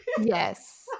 yes